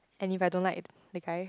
and if I don't like the guy